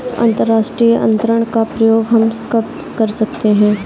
अंतर्राष्ट्रीय अंतरण का प्रयोग हम कब कर सकते हैं?